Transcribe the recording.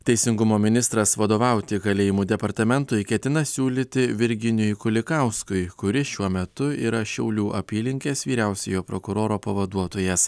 teisingumo ministras vadovauti kalėjimų departamentui ketina siūlyti virginijui kulikauskui kuris šiuo metu yra šiaulių apylinkės vyriausiojo prokuroro pavaduotojas